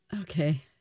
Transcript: Okay